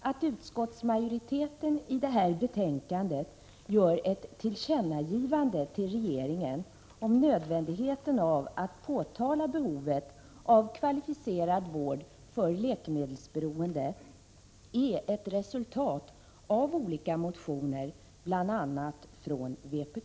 Att utskottsmajoriteten i detta betänkande gör ett tillkännagivande till regeringen om nödvändigheten av att påtala behovet av kvalificerad vård för — Prot. 1986/87:127 läkemedelsberoende är ett resultat av olika motioner bl.a. från vpk.